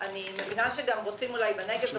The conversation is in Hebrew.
מבינה שרוצים אולי להקים בנגב,